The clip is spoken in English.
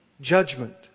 Judgment